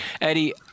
Eddie